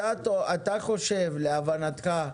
להבנתך,